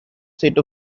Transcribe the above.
set